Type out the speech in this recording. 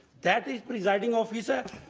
that is, presiding officer.